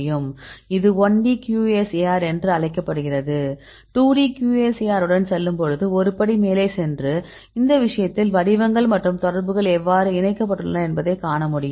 இது 1D QSAR என அழைக்கப்படுகிறது 2D QSAR உடன் செல்லும்போது ஒரு படி மேலே சென்று இந்த விஷயத்தில் வடிவங்கள் மற்றும் தொடர்புகள் எவ்வாறு இணைக்கப்பட்டுள்ளன என்பதை காணமுடியும்